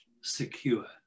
secure